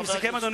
אדוני, אני מסכם.